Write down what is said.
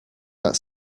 that